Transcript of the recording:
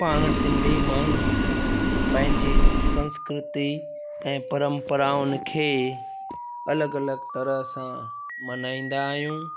पाण सिंधी माण्हू पंहिंजी संस्कृती ऐं परंपराउनि खे अलॻि अलॻि तरह सां मल्हाईंदा आहियूं